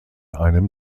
einem